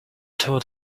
told